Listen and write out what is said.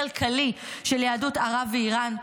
הכלכלי של יהדות ערב ואיראן,